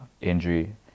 injury